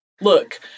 Look